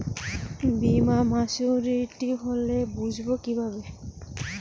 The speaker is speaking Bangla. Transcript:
বীমা মাচুরিটি হলে বুঝবো কিভাবে?